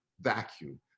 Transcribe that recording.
vacuum